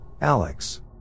Alex